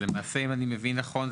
אם אני מבין נכון,